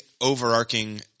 overarching